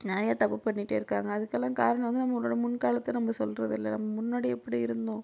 நிறைய தப்பு பண்ணிகிட்டே இருக்காங்க அதுக்கெல்லாம் காரணோம் வந்து நம்மளோட முன் காலத்தை நம்ப சொல்றதில்லை நம் முன்னாடி எப்படி இருந்தோம்